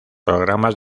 programas